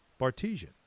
Bartesian